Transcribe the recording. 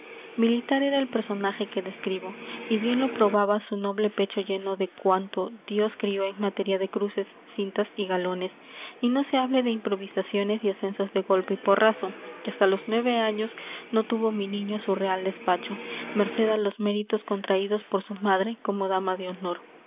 militar era el personaje que describo y bien lo probaba su noble pecho lleno de cuanto dios crió en materia de cruces cintas y galones y no se hable de improvisaciones y ascensos de golpe y porrazo que hasta los nueve años no tuvo mi niño su real despacho merced a los méritos contraídos por su madre como dama de honor